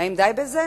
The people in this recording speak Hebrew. האם די בזה?